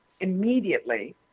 immediately